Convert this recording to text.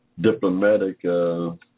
diplomatic